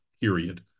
period